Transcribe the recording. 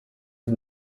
sie